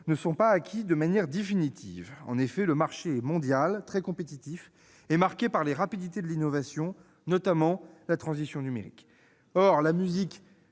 ne sont pas acquis de manière définitive. En effet, le marché est mondial, très compétitif et marqué par les rapidités de l'innovation, en particulier la transition numérique. Or la musique